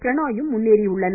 பிரனாயும் முன்னேறியுள்ளனர்